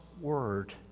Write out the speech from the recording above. Word